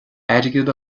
airgead